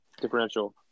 differential